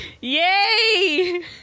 Yay